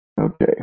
Okay